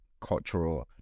cultural